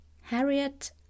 Harriet